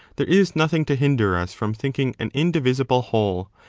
there is nothing to hinder us from thinking an indivisible whole,